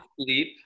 sleep